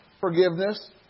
forgiveness